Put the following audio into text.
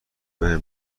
بهم